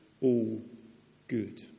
all-good